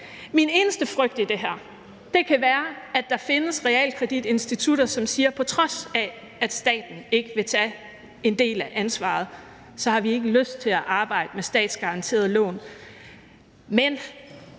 Min eneste frygt i det her kan være, at der findes realkreditinstitutter, som siger: På trods af at staten ikke vil tage en del af ansvaret, har vi ikke lyst til at arbejde med statsgaranterede lån. Men